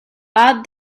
add